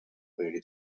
radio